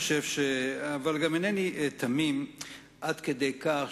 אבל גם אינני תמים עד כדי כך